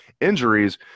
injuries